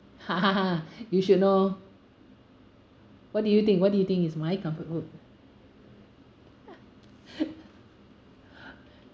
you should know what do you think what do you think is my comfort food